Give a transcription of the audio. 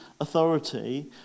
authority